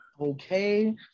okay